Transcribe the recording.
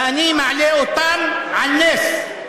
ואני מעלה אותם על נס.